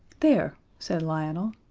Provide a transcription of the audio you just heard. there, said lionel,